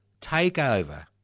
takeover